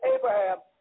Abraham